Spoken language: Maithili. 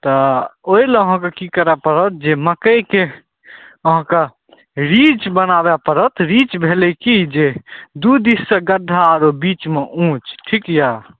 तऽ ओइ लए अहाँके की करऽ पड़त जे मक्कइके अहाँके रीच बनाबऽ पड़त रीच भेलय कि जे दू दिससँ गड्ढा आओर बीचमे उँच ठीक यऽ